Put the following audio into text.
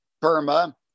Burma